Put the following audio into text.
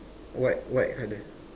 white white colour